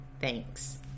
Thanks